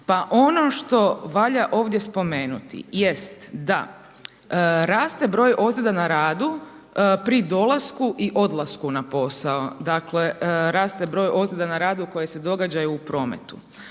Pa ono što valja ovdje spomenuti jest da raste broj ozljeda na radu pri dolasku i odlasku na posao. Dakle raste broj ozljeda na radu koje se događaju u prometu